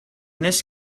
this